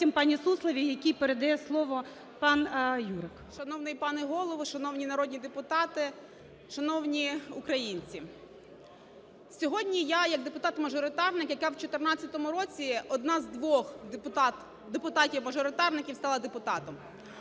пані Сусловій, якій передає слово пан Юрик. 13:38:30 ЮРИНЕЦЬ О.В. Шановний пане Голово, шановні народні депутати, шановні українці! Сьогодні я як депутат-мажоритарник, яка в 2014 році одна з двох депутатів-мажоритарників стала депутатом,